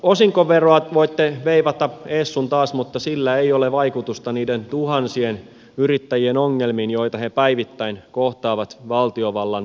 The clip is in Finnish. osinkoveroa voitte veivata ees sun taas mutta sillä ei ole vaikutusta niiden tuhansien yrittäjien ongelmiin joita he päivittäin kohtaavat valtiovallan taholta